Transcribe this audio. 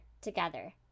together